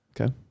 Okay